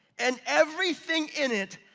and everything in it,